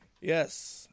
Yes